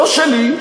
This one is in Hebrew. לא שלי,